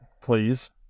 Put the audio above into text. Please